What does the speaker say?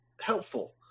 helpful